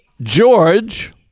George